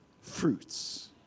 fruits